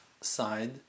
side